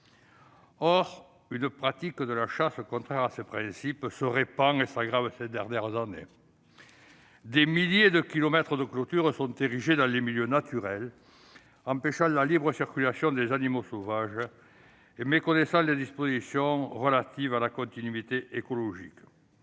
Or une pratique de la chasse contraire à ces principes se répand et s'aggrave ces dernières années : des milliers de kilomètres de clôtures sont érigés dans les milieux naturels, empêchant la libre circulation des animaux sauvages et méconnaissant les dispositions relatives à la continuité écologique.